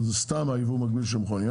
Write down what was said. זה סתם היבוא המקביל של המכוניות,